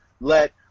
let